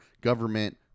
government